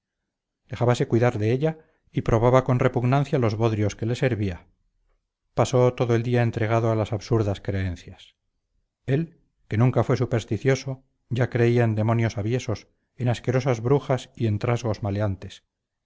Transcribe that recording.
dejábase cuidar de ella y probaba con repugnancia los bodrios que le servía pasó todo el día entregado a las absurdas creencias él que nunca fue supersticioso ya creía en demonios aviesos en asquerosas brujas y en trasgos maleantes